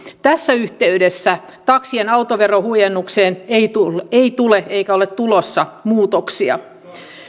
tässä yhteydessä taksien autoverohuojennukseen ei tule ei tule eikä ole tulossa muutoksia